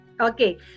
Okay